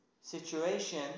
situation